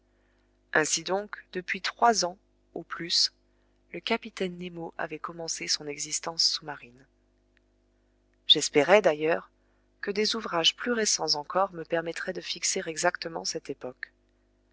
ainsi donc depuis trois ans au plus le capitaine nemo avait commencé son existence sous-marine j'espérai d'ailleurs que des ouvrages plus récents encore me permettraient de fixer exactement cette époque